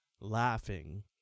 laughing